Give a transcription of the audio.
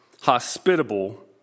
hospitable